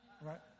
right